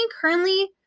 currently